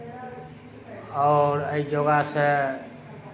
आओर एहिके बादसँ